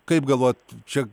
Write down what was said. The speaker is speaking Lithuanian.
kaip galvojat čia